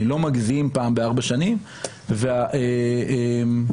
פעם בארבע שנים ואני לא מגזים,